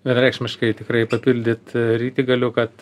vienareikšmiškai tikrai papildyt rytį galiu kad